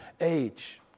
age